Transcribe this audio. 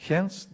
Hence